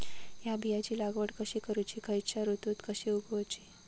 हया बियाची लागवड कशी करूची खैयच्य ऋतुत कशी उगउची?